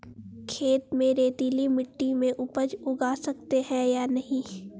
खेत में रेतीली मिटी में उपज उगा सकते हैं या नहीं?